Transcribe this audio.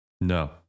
No